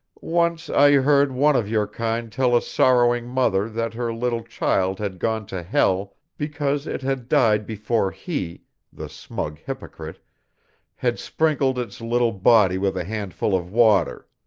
once i heard one of your kind tell a sorrowing mother that her little child had gone to hell because it had died before he the smug hypocrite had sprinkled its little body with a handful of water.